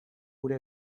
gure